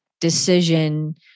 decision